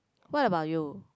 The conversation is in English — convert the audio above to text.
what about you